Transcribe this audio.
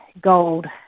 gold